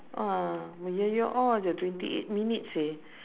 ah jer twenty eight minutes seh